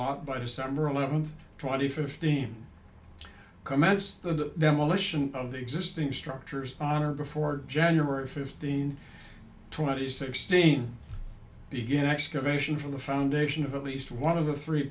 lot by december eleventh twenty fifteen to commence the demolition of the existing structures on or before january fifteen twenty sixteen begin excavation for the foundation of at least one of the three